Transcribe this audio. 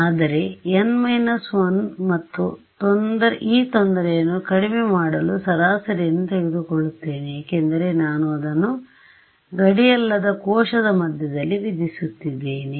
ಆದರೆ n 1 ಮತ್ತು ಈ ತೊಂದರೆಯನ್ನು ಕಡಿಮೆ ಮಾಡಲು ಸರಾಸರಿಯನ್ನು ತೆಗೆದುಕೊಳ್ಳುತ್ತೇನೆ ಏಕೆಂದರೆ ನಾನು ಅದನ್ನು ಗಡಿಯಲ್ಲದ ಕೋಶದ ಮಧ್ಯದಲ್ಲಿ ವಿಧಿಸುತ್ತಿದ್ದೇನೆ